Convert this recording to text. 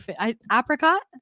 apricot